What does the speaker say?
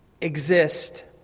exist